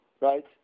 Right